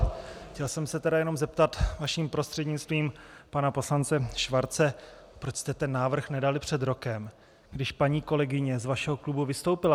Chtěl jsem se tedy jenom zeptat vaším prostřednictvím pana poslance Schwarze proč jste ten návrh nedali před rokem, když paní kolegyně z vašeho klubu vystoupila?